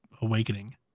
awakening